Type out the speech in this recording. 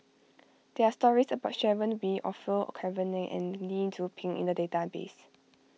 there are stories about Sharon Wee Orfeur Cavenagh and Lee Tzu Pheng in the database